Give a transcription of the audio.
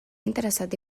interessat